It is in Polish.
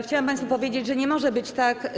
Chciałam państwu powiedzieć, że nie może tak być.